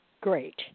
Great